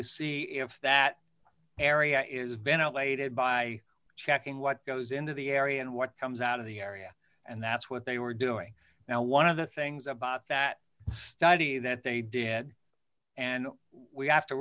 to see if that area is ventilated by checking what goes into the area and what comes out of the area and that's what they were doing now one of the things about that study that they did and we have to